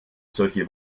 solche